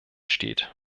steht